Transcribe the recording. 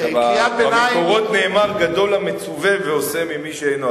רק במקורות נאמר: גדול המצווה ועושה ממי שאינו,